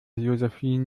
josephine